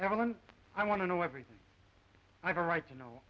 everyone i want to know everything i have a right to know